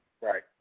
Right